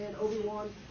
Obi-Wan